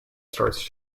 starts